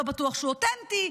לא בטוח שהוא אותנטי,